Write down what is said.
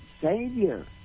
Savior